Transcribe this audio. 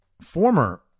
former